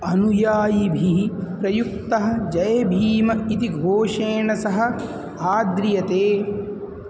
अनुयायिभिः प्रयुक्तः जय भीम इति घोषेण सह आद्रियते